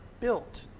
built